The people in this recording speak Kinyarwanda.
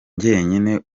njyenyine